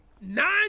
nine